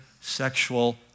sexual